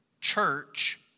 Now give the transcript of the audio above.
church